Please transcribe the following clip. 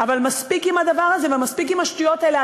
אבל מספיק עם הדבר הזה, מספיק עם השטויות האלה.